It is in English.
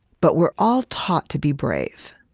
but we're all taught to be brave,